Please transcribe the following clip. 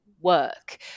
work